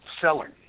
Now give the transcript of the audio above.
selling